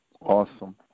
Awesome